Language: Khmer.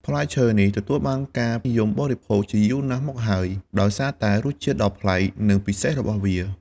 ផ្លែឈើនេះទទួលបានការនិយមបរិភោគជាយូរណាស់មកហើយ ដោយសារតែរសជាតិដ៏ប្លែក និងពិសេសរបស់វា។